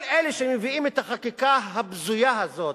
כל אלה שמביאים את החקיקה הבזויה הזאת,